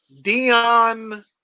Dion